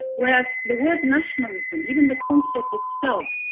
whereas the word nationalism, even the concept itself,